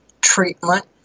treatment